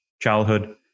childhood